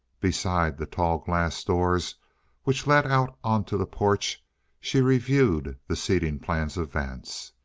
beside the tall glass doors which led out onto the porch she reviewed the seating plans of vance.